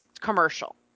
commercial